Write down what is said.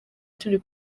turi